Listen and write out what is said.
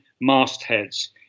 mastheads